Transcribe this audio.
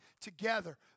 together